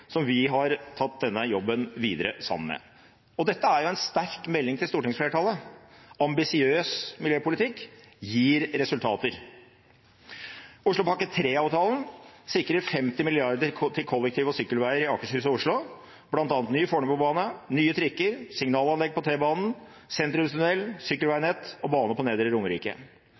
som vi har tatt denne jobben videre sammen med. Dette er en sterk melding til stortingsflertallet: Ambisiøs miljøpolitikk gir resultater. Oslopakke 3-avtalen sikrer 50 mrd. kr til kollektivtransport og sykkelveier i Akershus og Oslo, bl.a. ny Fornebu-bane, nye trikker, signalanlegg på T-banen, sentrumstunnel, sykkelveinett og bane på Nedre Romerike.